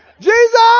Jesus